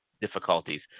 difficulties